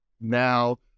now